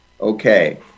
Okay